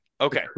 Okay